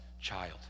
child